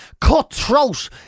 cutthroat